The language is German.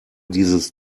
dieses